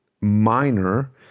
minor